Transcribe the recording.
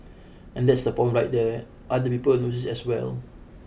and that's the problem right there other people noticed as well